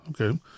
Okay